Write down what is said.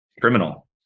criminal